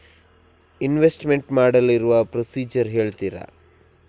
Investment ಮಾಡಲು ಇರುವ procedure ಹೇಳ್ತೀರಾ?